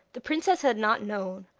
the princess had not known,